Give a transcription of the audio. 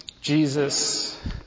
Jesus